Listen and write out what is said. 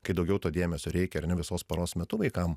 kai daugiau to dėmesio reikia ar ne visos paros metu vaikam